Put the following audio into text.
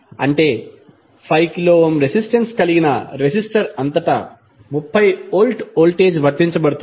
అంటే 5 kilo ohm resistance కలిగిన resistor అంతటా 30 వోల్ట్ వోల్టేజ్ వర్తించబడుతుంది